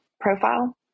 profile